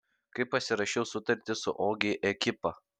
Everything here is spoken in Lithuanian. kai pasirašiau sutartį su ogi ekipa